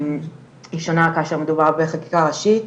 היא שונה כאשר מדובר בחקיקה ראשית,